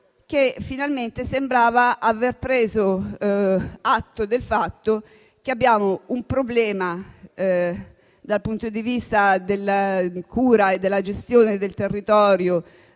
che finalmente sembrava aver preso atto del fatto che abbiamo un problema dal punto di vista della cura e della gestione del territorio